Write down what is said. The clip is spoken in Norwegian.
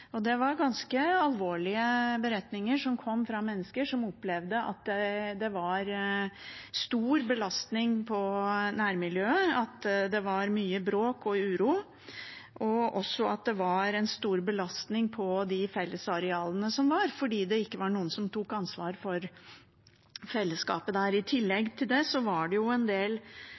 Og det var ganske alvorlige beretninger som kom, fra mennesker som opplevde at det var en stor belastning på nærmiljøet, at det var mye bråk og uro, og også at det var en stor belastning på fellesarealene fordi det ikke var noen som tok ansvar for fellesskapet der. I tillegg til det var det en del